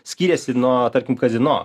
skiriasi nuo tarkim kazino